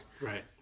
Right